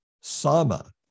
Sama